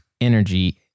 energy